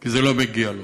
כי זה לא מגיע לו.